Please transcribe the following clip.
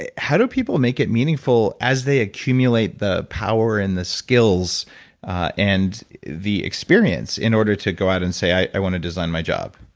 how do people make it meaningful as they accumulate the power and the skills and the experience, in order to go out and say, i want to design my job?